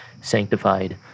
sanctified